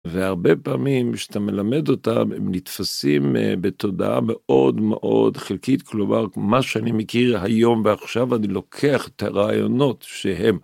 והרבה פעמים כשאתה מלמד אותם הם נתפסים בתודעה מאוד מאוד חלקית כלומר מה שאני מכיר היום ועכשיו אני לוקח את הרעיונות שהם.